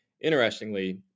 Interestingly